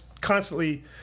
constantly